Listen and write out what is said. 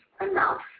enough